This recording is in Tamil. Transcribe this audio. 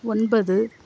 ஒன்பது